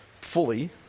fully